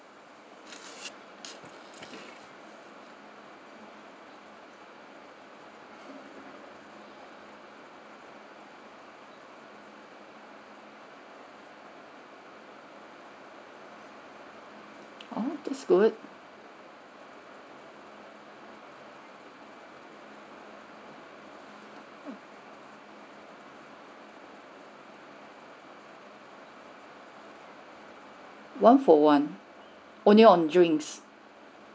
orh that's good one for one only on drinks